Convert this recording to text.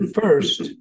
first